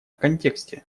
контексте